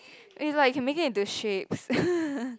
and you like you can make it into shapes